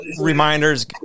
Reminders